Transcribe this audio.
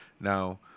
Now